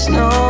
no